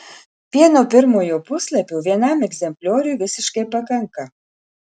vieno pirmojo puslapio vienam egzemplioriui visiškai pakanka